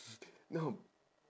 no